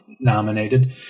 nominated